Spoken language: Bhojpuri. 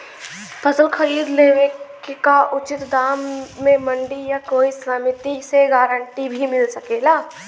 फसल खरीद लेवे क उचित दाम में मंडी या कोई समिति से गारंटी भी मिल सकेला?